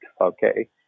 okay